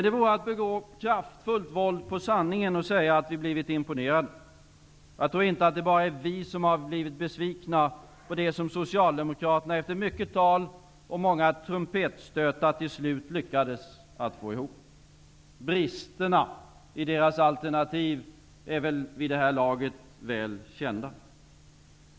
Det vore att begå kraftfullt våld på sanningen att säga att vi blivit imponerade. Jag tror inte att det bara är vi som har blivit besvikna på det som Socialdemokraterna efter mycket tal och många trumpetstötar till slut lyckades att få ihop. Bristerna i Socialdemokraternas alternativ är vid det här laget väl kända.